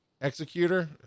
Executor